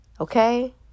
Okay